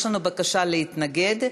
יש לנו בקשה להתנגד,